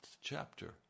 chapter